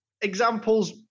examples